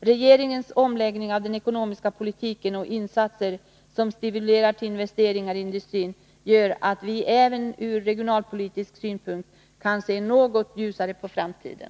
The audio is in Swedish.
Regeringens omläggning av den ekonomiska politiken och insatser som stimulerar till investeringar i industrin gör att vi även ur regionalpolitisk synpunkt kan se något ljusare på framtiden.